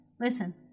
Listen